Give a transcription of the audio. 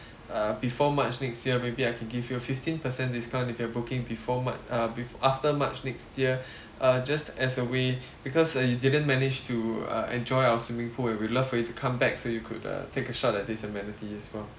uh before march next year maybe I can give you a fifteen percent discount if you're booking before mar~ uh befo~ after march next year uh just as a way because uh you didn't manage to uh enjoy our swimming pool and we'll love for you to come back so you could uh take a shot at this amenity as well